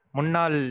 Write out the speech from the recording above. Munal